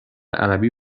عربی